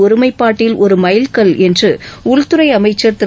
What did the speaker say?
ஒருமைப்பாட்டில் ஒரு மைல்கல் என்று உள்துறை அமைச்சா் திரு